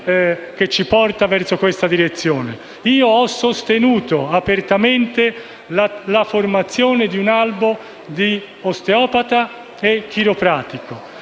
Ho sostenuto apertamente la formazione di un albo di osteopata e chiropratico.